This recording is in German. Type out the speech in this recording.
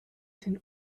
sind